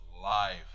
life